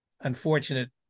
unfortunate